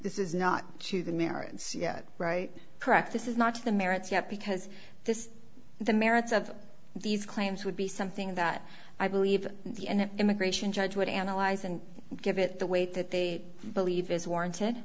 this is not to the marriage yet right practice is not to the merits yet because this is the merits of these claims would be something that i believe the and immigration judge would analyze and give it the weight that they believe is warranted